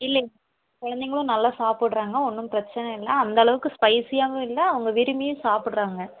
இல்லைங்க குழந்தைங்களும் நல்லா சாப்பிட்றாங்க ஒன்றும் பிரச்சனை இல்லை அந்த அளவுக்கு ஸ்பைஸியாகவும் இல்லை அவங்க விரும்பியும் சாப்பிட்றாங்க